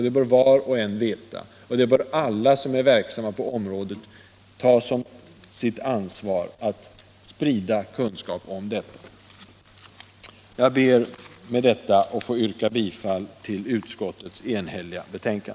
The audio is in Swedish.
Det bör var och en veta, och alla som är verksamma på området bör ta på sitt ansvar att sprida kunskap om detta. Jag ber att med det anförda få yrka bifall till utskottets enhälliga hemställan.